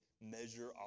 measure